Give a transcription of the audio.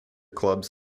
clubs